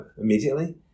immediately